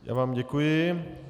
Já vám děkuji.